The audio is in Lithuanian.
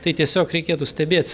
tai tiesiog reikėtų stebėt